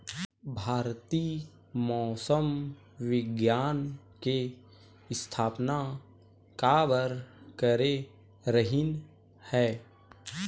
भारती मौसम विज्ञान के स्थापना काबर करे रहीन है?